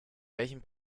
welchen